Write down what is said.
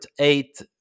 eight